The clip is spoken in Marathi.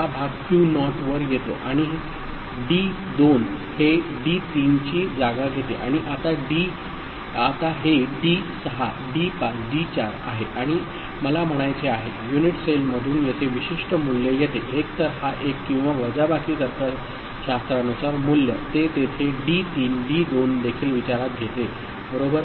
हा भाग क्यू नॉट वर येतो आणि डी 2 हे डी 3 ची जागा घेते आणि आता हे डी 6 डी 5 डी 4 आहे आणि मला म्हणायचे आहे युनिट सेलमधून येथे विशिष्ट मूल्य येते एकतर हा एक किंवा वजाबाकी तर्कशास्त्रानुसार मूल्य ते तेथे डी 3 डी 2 देखील विचारात घेते बरोबर